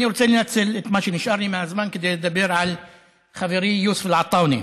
אני רוצה לנצל את מה שנשאר לי מהזמן כדי לדבר על חברי יוסף עטאונה.